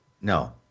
No